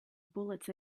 bullets